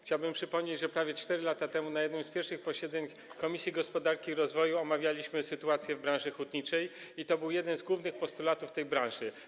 Chciałbym przypomnieć, że prawie 4 lata temu na jednym z pierwszych posiedzeń Komisji Gospodarki i Rozwoju omawialiśmy sytuację w branży hutniczej i to był jeden z głównych postulatów tej branży.